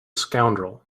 scoundrel